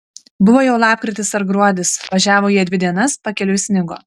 buvo jau lapkritis ar gruodis važiavo jie dvi dienas pakeliui snigo